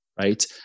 Right